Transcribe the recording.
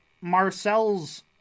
Marcel's